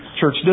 church